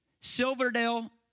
Silverdale